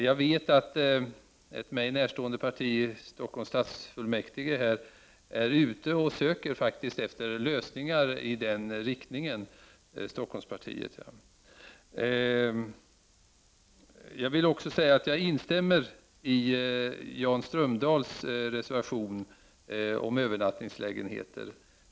Jag vet att ett mig närstående parti i Stockholms stadsfullmäktige faktiskt söker lösningar i den riktningen. Jag avser alltså Stockholmspartiet. Jag vill också säga att jag instämmer i Jan Strömdahls reservation om övernattningslägenheter.